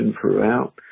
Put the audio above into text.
throughout